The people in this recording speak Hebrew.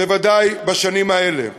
בוודאי בשנים האלה.